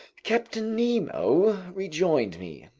captain nemo rejoined me.